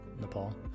Nepal